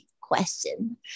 question